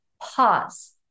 pause